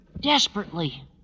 Desperately